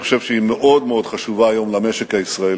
אני חושב שהיא מאוד מאוד חשובה היום למשק הישראלי.